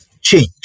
change